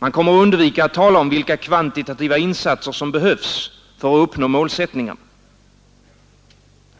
Man kommer att undvika att tala om vilka kvantitativa insatser som behövs för att uppnå målsättningarna.